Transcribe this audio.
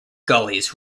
gullies